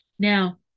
Now